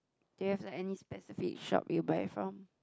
do you have any specific shop you buy from